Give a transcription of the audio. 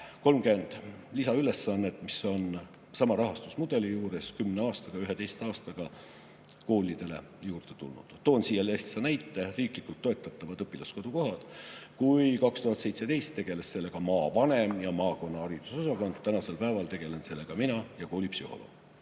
30 lisaülesannet, mis on sama rahastusmudeli juures 10 või 11 aastaga koolidele juurde tulnud. Toon lihtsa näite: riiklikult toetatavad õpilaskodu kohad. 2017 tegelesid sellega maavanem ja maakonna haridusosakond, tänasel päeval tegeleme sellega mina ja koolipsühholoog.